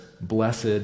blessed